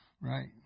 Right